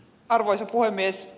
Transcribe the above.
arvoisa puhemies